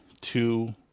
two